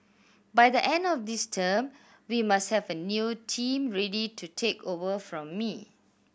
by the end of this term we must have a new team ready to take over from me